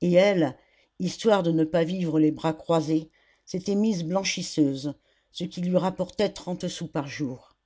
et elle histoire de ne pas vivre les bras croisés s'était mise blanchisseuse ce qui lui rapportait trente sous par jour